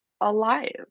alive